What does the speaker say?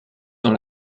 dans